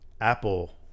Apple